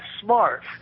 smart